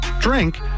drink